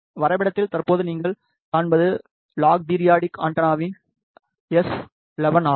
வரைபடத்தில் தற்போது நீங்கள் காண்பது லாக் பீரியட் ஆண்டெனாவின் எஸ்11 ஆகும்